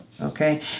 okay